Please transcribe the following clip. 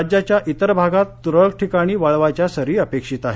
राज्याच्या इतर भागात तुरळक ठिकाणी वळवाच्या सरी अपेक्षित आहेत